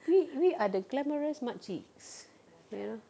we we are the glamorous makciks ya